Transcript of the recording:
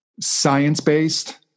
science-based